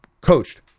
coached